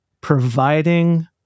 providing